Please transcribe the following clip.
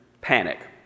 panic